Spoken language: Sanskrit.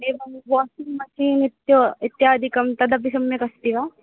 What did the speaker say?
एवं वाषिङ्ग् मषिन् इति इत्यादिकं तदपि सम्यक् अस्ति वा